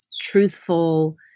truthful